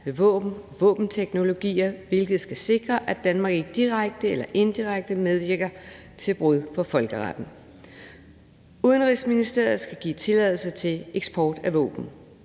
med våbenteknologier, hvilket skal sikre, at Danmark ikke direkte eller indirekte medvirker til brud på folkeretten. Udenrigsministeriet skal give tilladelse til eksport af våben.